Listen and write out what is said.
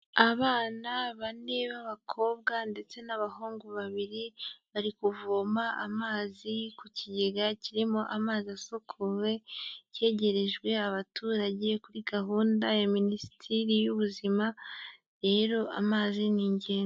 Abana bane b'abakobwa ndetse n'abahungu babiri, bari kuvoma amazi ku kigega kirimo amazi asukuwe, kegerejwe abaturage kuri gahunda ya minisiteri y'ubuzima, rero amazi ni igenzi.